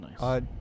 nice